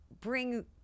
bring